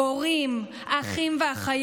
והורים, אחים ואחיות,